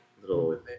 little